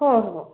हो हो